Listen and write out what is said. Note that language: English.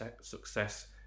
success